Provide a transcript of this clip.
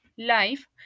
life